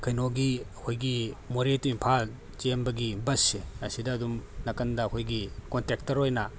ꯀꯩꯅꯣꯒꯤ ꯑꯩꯈꯣꯏꯒꯤ ꯃꯣꯔꯦ ꯇꯨ ꯏꯝꯐꯥꯜ ꯆꯦꯟꯕꯒꯤ ꯕꯁꯁꯦ ꯑꯁꯤꯗ ꯑꯗꯨꯝ ꯅꯥꯀꯟꯗ ꯑꯩꯈꯣꯏꯒꯤ ꯀꯣꯟꯇ꯭ꯔꯦꯛꯇ꯭ꯔ ꯑꯣꯏꯅ